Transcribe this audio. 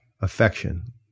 Affection